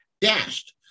dashed